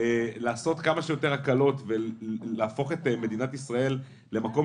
לעשות כמה שיותר הקלות ולהפוך את מדינת ישראל למקום